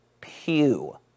pew